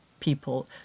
people